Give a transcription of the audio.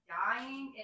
dying